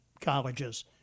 colleges